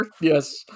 Yes